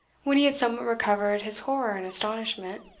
when he had somewhat recovered his horror and astonishment,